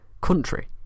Country